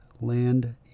land